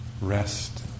rest